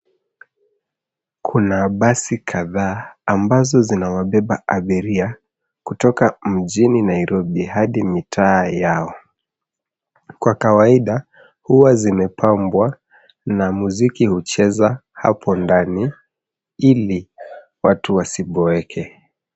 Kuna basi kadhaa ambazo zinaobeba abiria kutoka mjini Nairobi hadi mitaa yao, kwa kawaida huwa zimepambwa na muziki hucheza hpo ndani ili watu wasiboeke.